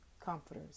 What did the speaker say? comforters